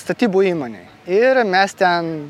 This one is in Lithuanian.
statybų įmonėj ir mes ten